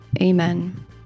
Amen